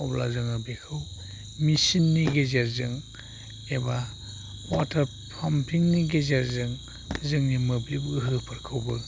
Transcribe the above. अब्ला जोङो बेखौ मेसिननि गेजेरजों एबा वाटार पाम्पिंनि गेजेरजों जोंनि मोब्लिब गोहोफोरखौबो